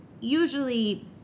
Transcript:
usually